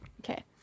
okay